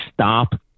stop